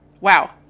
Wow